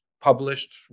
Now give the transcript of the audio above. published